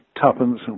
tuppence